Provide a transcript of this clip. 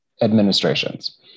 administrations